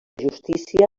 justícia